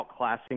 outclassing